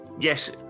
Yes